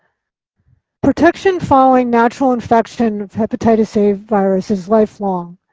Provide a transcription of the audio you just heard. protection following natural infection of hepatitis a virus is lifelong.